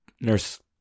Nurse